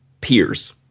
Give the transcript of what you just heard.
peers